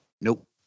Nope